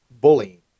bullying